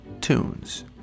tunes